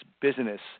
business